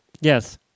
Yes